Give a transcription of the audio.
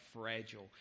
fragile